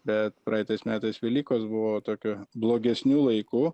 bet praeitais metais velykos buvo tokiu blogesniu laiku